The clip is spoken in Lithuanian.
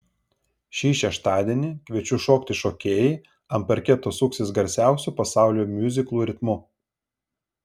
šį šeštadienį kviečiu šokti šokėjai ant parketo suksis garsiausių pasaulio miuziklų ritmu